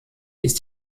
ist